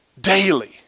daily